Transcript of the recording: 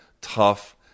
tough